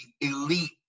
elite